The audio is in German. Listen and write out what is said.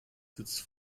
sitzt